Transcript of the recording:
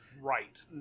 Right